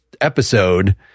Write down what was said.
episode